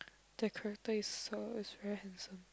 the character is so is very handsome